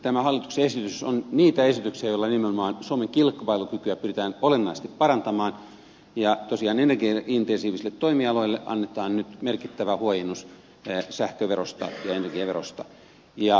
tämä hallituksen esitys on niitä esityksiä joilla nimenomaan suomen kilpailukykyä pyritään olennaisesti parantamaan ja tosiaan energiaintensiivisille toimialoille annetaan nyt merkittävä huojennus sähköverosta ja energiaverosta